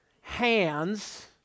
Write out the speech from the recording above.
hands